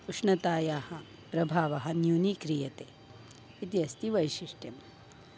उष्णतायाः प्रभावः न्यूनीक्रियते इति अस्ति वैशिष्ट्यम्